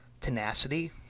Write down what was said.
tenacity